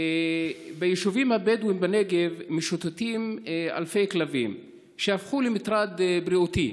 ביישובים הבדואיים בנגב משוטטים אלפי כלבים שהפכו למטרד בריאותי,